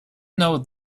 know